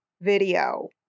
video